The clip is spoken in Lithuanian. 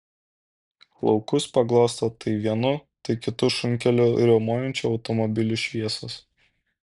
laukus paglosto tai vienu tai kitu šunkeliu riaumojančių automobilių šviesos